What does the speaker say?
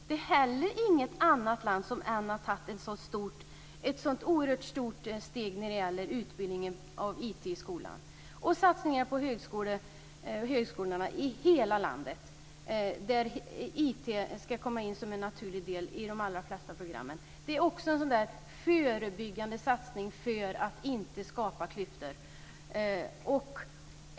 Det är inte heller något annat land som har tagit ett så oerhört stort steg när det gäller utbildning av IT i skolan och satsningar på högskolor i hela landet där IT ska komma in som en naturlig del i de allra flesta program. Det också en förebyggande satsning för att inte skapa klyftor.